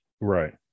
Right